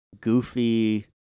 goofy